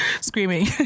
Screaming